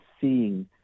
seeing